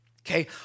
Okay